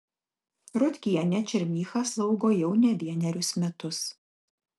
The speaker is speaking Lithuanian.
rotkienė černychą slaugo jau ne vienerius metus